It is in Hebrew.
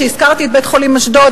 כשהזכרתי את בית-חולים אשדוד,